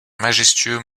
majestueux